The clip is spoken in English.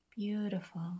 beautiful